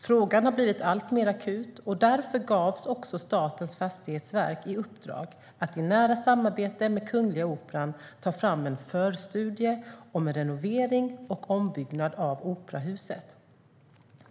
Frågan har blivit alltmer akut, och därför gavs också Statens fastighetsverk i uppdrag att i nära samarbete med Kungliga Operan ta fram en förstudie om en renovering och ombyggnad av operahuset.